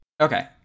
Okay